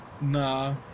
nah